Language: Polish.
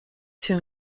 się